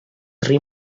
tri